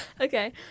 Okay